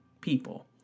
people